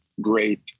great